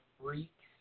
freaks